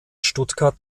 stuttgart